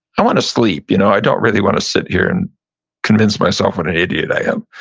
i wanna sleep. you know i don't really wanna sit here and convince myself what an idiot i am.